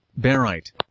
barite